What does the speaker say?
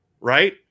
right